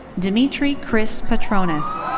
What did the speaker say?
dimitri chris patronis.